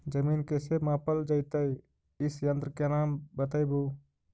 जमीन कैसे मापल जयतय इस यन्त्र के नाम बतयबु?